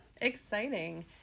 exciting